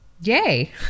yay